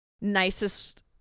nicest